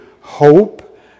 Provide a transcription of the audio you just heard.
hope